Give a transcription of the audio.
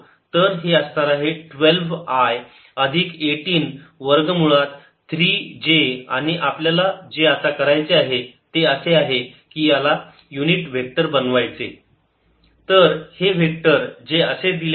तर हे असणार आहे 12 i अधिक 18 वर्ग मुळात 3 j आणि आपल्याला जे आता करायचे आहे ते असे आहे की याला युनिट वेक्टर बनवायचे